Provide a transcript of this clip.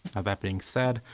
that being said,